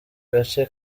gace